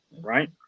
right